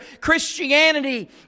Christianity